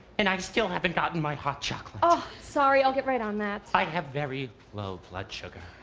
and i still haven't gotten my hot chocolate. oh, sorry, i'll get right on that. i have very low blood sugar.